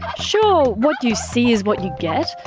sure, what you see is what you get,